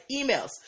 emails